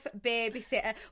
babysitter